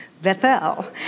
Bethel